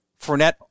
Fournette